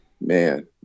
man